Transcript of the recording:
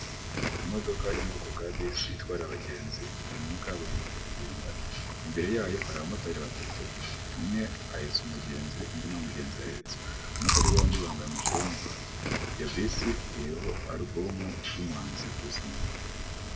Imodoka iri mubwoko bwa Bisi itwara abagenzi irimu kaburimbo iri kugenda, imbere yayo hari abamotari batatu umwe ahetsa umugenzi undi nta mugenzi ahetse, abamotari bombi bambaye amajire y'umuhondo, iyo bisi iriho alubumu y'umuhanzi Bruce Melodie.